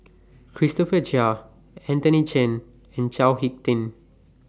Christopher Chia Anthony Chen and Chao Hick Tin